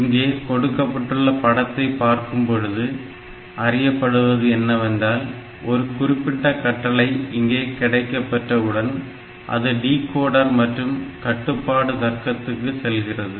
இங்கே கொடுக்கப்பட்டுள்ள படத்தை பார்க்கும் பொழுது அறியப்படுவது என்னவென்றால் ஒரு குறிப்பிட்ட கட்டளை இங்கே கிடைக்கப்பெற்றவுடன் அது டீகோடர் மற்றும் கட்டுப்பாடு தர்க்கத்துக்கு செல்கிறது